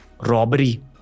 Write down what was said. robbery